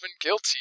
guilty